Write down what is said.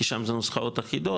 כי שם זה נוסחאות אחידות,